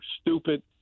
stupid